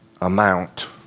amount